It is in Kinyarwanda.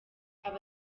aba